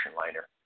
liner